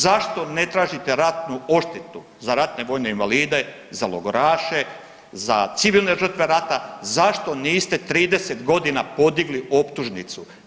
Zašto ne tražite ratnu odštetu za ratne vojne invalide, za logoraše, za civilne žrtve rata, zašto niste 30 godina podigli optužnicu?